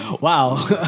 wow